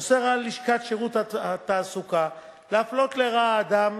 אוסר על לשכת שירות התעסוקה להפלות לרעה אדם